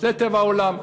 זה טבע העולם,